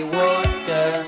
water